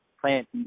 plant